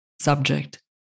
subject